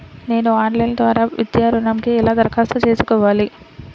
నేను ఆన్లైన్ ద్వారా విద్యా ఋణంకి ఎలా దరఖాస్తు చేసుకోవాలి?